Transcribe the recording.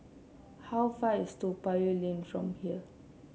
how far away is Toa Payoh Lane from here